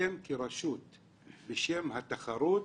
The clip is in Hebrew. ורשות להגבלים עסקיים בשם התחרות.